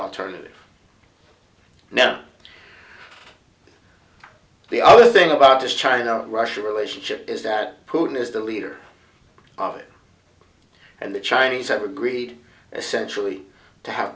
alternative now the other thing about this china russia relationship is that putin is the leader of it and the chinese have agreed essentially to have